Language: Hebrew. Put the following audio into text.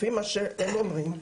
לפי מה שהם אומרים,